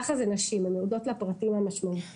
ככה זה נשים, הן יורדות לפרטים המשמעותיים.